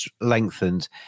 lengthened